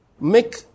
make